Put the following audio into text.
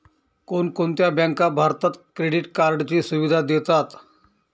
कोणकोणत्या बँका भारतात क्रेडिट कार्डची सुविधा देतात?